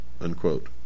unquote